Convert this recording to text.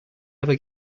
ever